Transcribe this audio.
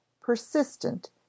persistent